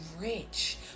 rich